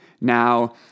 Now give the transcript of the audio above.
Now